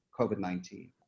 COVID-19